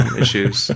issues